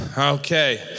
Okay